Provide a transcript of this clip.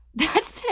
that's it.